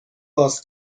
باز